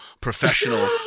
professional